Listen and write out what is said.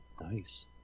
Nice